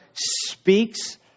speaks